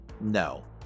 No